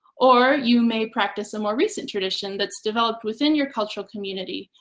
or you may practice a more recent tradition that's developed within your cultural community,